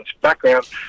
background